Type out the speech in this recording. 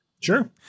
sure